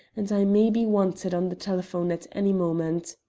and i may be wanted on the telephone at any moment.